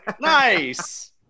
Nice